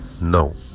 no